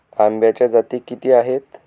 आंब्याच्या जाती किती आहेत?